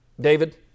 David